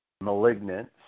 malignant